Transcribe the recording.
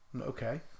okay